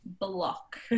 Block